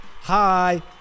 Hi